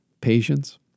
Patience